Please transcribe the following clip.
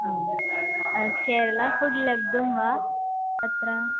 आम् केरला फ़ुड् लब्धं वा अत्र